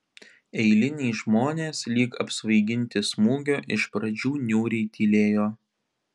eiliniai žmonės lyg apsvaiginti smūgio iš pradžių niūriai tylėjo